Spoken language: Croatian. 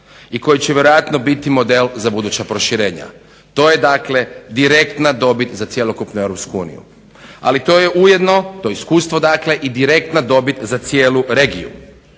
I koji će vjerojatno biti model za buduća proširenja. To je dakle direktna dobit za cjelokupnu EU. Ali to je ujedno, to iskustvo dakle, i direktna dobit za cijelu regiju.